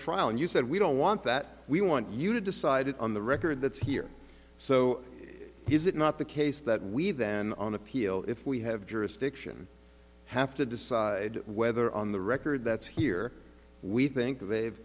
trial and you said we don't want that we want you to decided on the record that's here so is it not the case that we then on appeal if we have jurisdiction have to decide whether on the record that's here we think they've